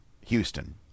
Houston